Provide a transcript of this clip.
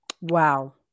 Wow